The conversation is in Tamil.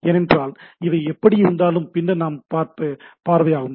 ஏனென்றால் இவை எப்படியிருந்தாலும் பின்னர் நாம் பார்ப்பவையாகும்